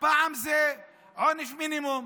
פעם זה עונש מינימום,